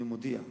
אני מודיע,